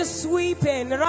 sweeping